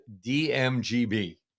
dmgb